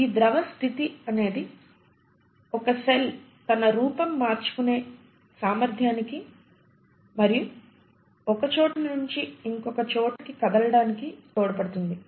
ఈ ద్రవ స్థితి అనేది ఒక సెల్ తన రూపం మార్చుకునే సామర్ధ్యానికి మరియు ఒక చోట నుంచి ఇంకొక చోటికి కదలడానికి తోడ్పడుతుంది